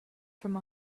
from